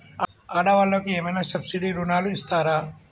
ఆడ వాళ్ళకు ఏమైనా సబ్సిడీ రుణాలు ఇస్తారా?